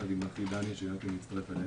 יחד עם אחי דני שהצטרף אלינו.